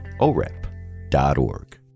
OREP.org